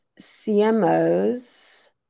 CMOs